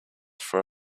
for